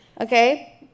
Okay